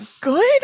good